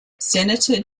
senator